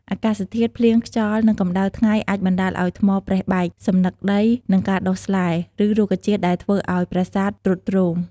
អាកាសធាតុ ភ្លៀង ខ្យល់ និងកម្ដៅថ្ងៃអាចបណ្ដាលឱ្យថ្មប្រេះបែក សំណឹកដី និងការដុះស្លែ ឬរុក្ខជាតិដែលធ្វើឱ្យប្រាសាទទ្រុឌទ្រោម។